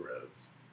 roads